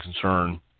concern